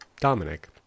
Dominic